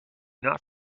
not